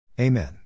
Amen